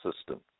system